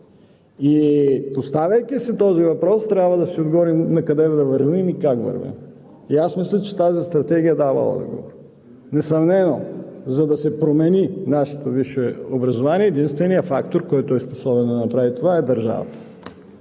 Поставяйки си този въпрос, трябва да си отговорим накъде да вървим и как вървим. Мисля, че тази стратегия дава отговор. Несъмнено, за да се промени нашето образование, единственият фактор, който е способен да направи това, е държавата.